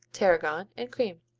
tarragon and cream.